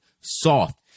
soft